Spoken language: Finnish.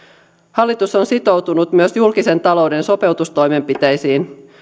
hallitus on sitoutunut myös julkisen talouden sopeutustoimenpiteisiin